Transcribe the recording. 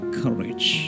courage